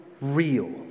real